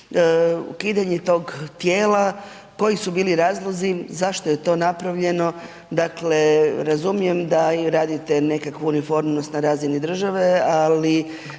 ukidanje tog tijela, koji su bili razlozi, zašto je to napravljeno, dakle razumijem da i vi radite nekakvu reformnost na razini države, ali